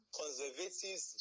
conservatives